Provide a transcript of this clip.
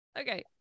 Okay